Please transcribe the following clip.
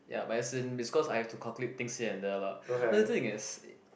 ya but as in is cause I have to calculate things here and there lah no the thing is